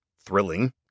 thrilling